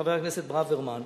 חבר הכנסת ברוורמן: